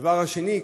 הדבר השני,